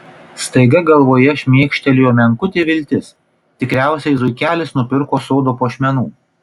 staiga galvoje šmėkštelėjo menkutė viltis tikriausiai zuikelis nupirko sodo puošmenų